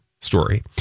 story